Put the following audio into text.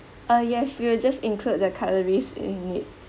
uh yes we'll just include the cutleries in it